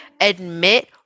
admit